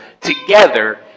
together